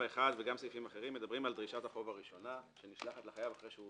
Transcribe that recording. וגם סעיפים אחרים מדברים על דרישת החוב הראשונה שנשלחת לחייב אחרי שהוא